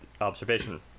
observation